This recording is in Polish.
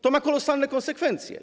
To ma kolosalne konsekwencje.